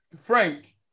Frank